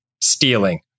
stealing